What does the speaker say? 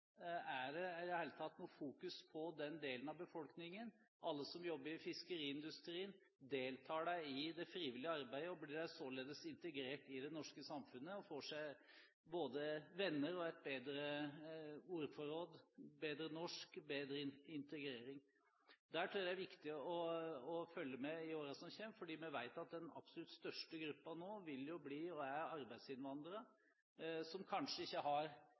Er det i det hele tatt noe fokus på den delen av befolkningen? Alle som jobber i fiskeriindustrien, deltar de i det frivillige arbeidet, og blir de således integrert i det norske samfunnet og får seg både venner og et bedre ordforråd, får et bedre norsk, bedre integrering? Der tror jeg det er viktig å følge med i årene som kommer, for vi vet at den absolutt største gruppen nå er og vil bli arbeidsinnvandrere som kanskje ikke har